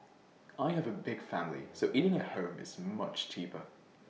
I have A big family so eating at home is much cheaper